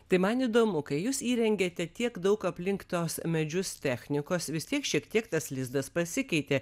tai man įdomu kai jūs įrengiate tiek daug aplink tuos medžius technikos vis tiek šiek tiek tas lizdas pasikeitė